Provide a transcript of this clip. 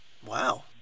Wow